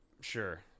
Sure